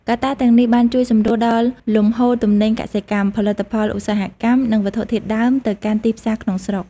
កត្តាទាំងនេះ បានជួយសម្រួលដល់លំហូរទំនិញកសិកម្ម ផលិតផលឧស្សាហកម្ម និងវត្ថុធាតុដើមទៅកាន់ទីផ្សារក្នុងស្រុក។